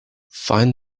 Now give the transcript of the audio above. find